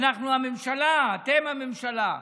אנחנו הממשלה, אתם הממשלה,